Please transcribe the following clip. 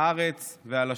הארץ והלשון".